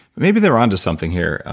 maybe they were onto something here.